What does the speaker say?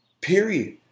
Period